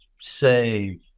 save